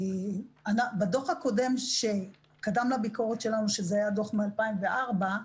בדוח שקדם לביקורת שלנו, שהוא הדוח מ-2004,